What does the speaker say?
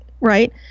right